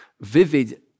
vivid